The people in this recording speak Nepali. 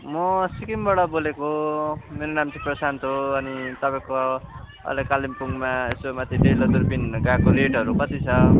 म सिक्किमबाट बोलेको मेरो नाम प्राशान्त हो अनि तपाईँको अहिले कालिम्पोङमा यसो माथि डेलो दुर्बिन हेर्न गएको रेटहरू कति छ